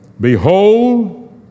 Behold